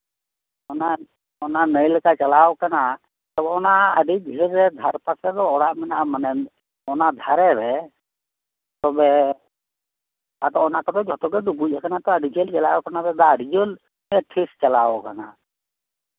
ᱚᱱᱟ ᱱᱟᱹᱭ ᱞᱮᱠᱟ ᱪᱟᱞᱟᱣ ᱠᱟᱱᱟ ᱚᱱᱟ ᱟᱹᱰᱤ ᱵᱷᱤᱲᱟᱹᱣᱨᱮ ᱫᱷᱟᱨᱮ ᱯᱟᱥᱮ ᱫᱚ ᱚᱲᱟᱜ ᱢᱮᱱᱟᱜᱼᱟ ᱢᱟᱱᱮ ᱚᱱᱟ ᱫᱷᱟᱨᱮ ᱨᱮ ᱛᱚᱵᱮ ᱚᱱᱟ ᱠᱚᱫᱚ ᱡᱚᱛᱜᱮ ᱰᱩᱵᱩᱡ ᱠᱟᱱᱟ ᱟᱹᱰᱤ ᱡᱷᱟᱹᱞ ᱪᱟᱞᱟᱣ ᱠᱟᱱᱟ ᱛᱚ ᱫᱟᱜ ᱟᱹᱰᱤ ᱡᱷᱟᱹᱞ ᱴᱷᱟᱹᱥ ᱪᱟᱞᱟᱣ ᱠᱟᱱᱟ